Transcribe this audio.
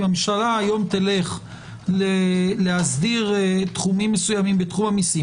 אם הממשלה תלך להסדיר תחומים מסוימים בתחום המיסים,